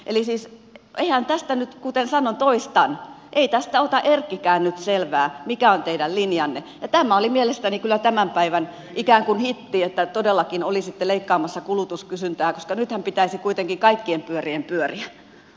eli siis ria tästä nyt kuten sanoin toistan ei tästä ota erkkikään nyt selvää mikä on teidän linjanne ja tämä oli mielestäni kyllä tämän päivän ikään kuin hitti että todellakin olisitte leikkaamassa kulutuskysyntää koska nythän pitäisi kuitenkin kaikkien pyörien pyöriä